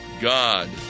God